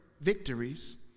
victories